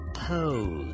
pose